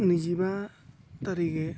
नैजिबा थारिगे